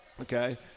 Okay